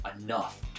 enough